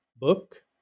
book